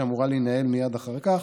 שאמורה להינעל מייד אחר כך,